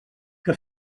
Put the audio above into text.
que